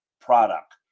product